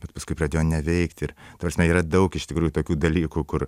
bet paskui pradėjo neveikt ir ta prasme yra daug iš tikrųjų tokių dalykų kur